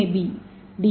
A B D